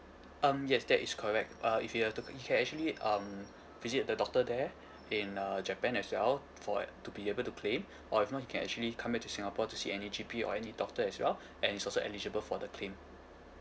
um yes that is correct uh if you are ta~ you can actually um visit the doctor there in uh japan as well for to be able to claim or if not you can actually come back to singapore to see any G_P or any doctor as well and it's also eligible for the claim